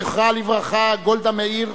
זכרה לברכה, גולדה מאיר,